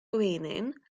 gwenyn